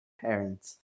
parents